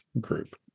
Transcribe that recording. Group